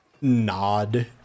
nod